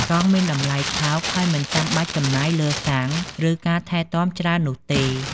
កង់មានតម្លៃថោកហើយមិនចាំបាច់ចំណាយលើសាំងឬការថែទាំច្រើននោះទេ។